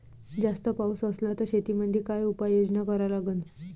जास्त पाऊस असला त शेतीमंदी काय उपाययोजना करा लागन?